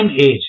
age